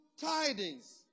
tidings